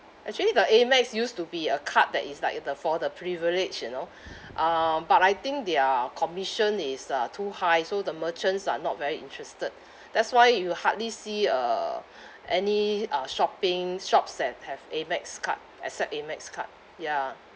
actually the Amex used to be a card that is like the for the privileged you know uh but I think their commission is uh too high so the merchants are not very interested that's why you hardly see uh any uh shopping shops that have Amex card accept Amex card ya